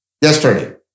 yesterday